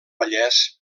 vallès